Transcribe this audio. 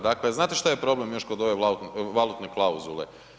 Dakle, znate šta šta je problem još kod ovu valutne klauzule?